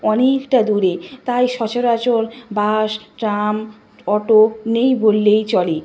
অনেকটা দূরে তাই সচরাচর বাস ট্রাম অটো নেই বললেই চলে